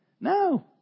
No